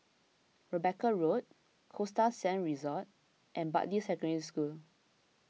Rebecca Road Costa Sands Resort and Bartley Secondary School